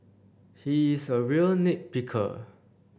he is a real nit picker